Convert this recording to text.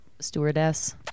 stewardess